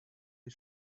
des